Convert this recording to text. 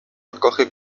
acoge